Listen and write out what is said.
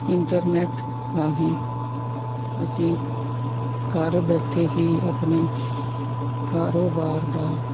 internet ਰਾਹੀਂ ਅਸੀਂ ਘਰ ਬੈਠੇ ਹੀ ਆਪਣੇ ਕਾਰੋਬਾਰ ਦਾ